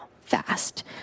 fast